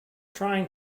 trying